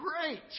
Great